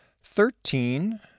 thirteen